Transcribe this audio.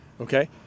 okay